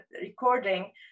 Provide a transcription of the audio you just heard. recording